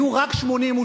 יהיו רק 82,